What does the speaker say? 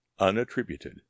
Unattributed